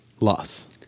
Loss